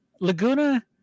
Laguna